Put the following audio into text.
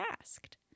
asked